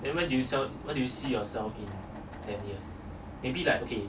ten years